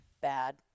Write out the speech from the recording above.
Bad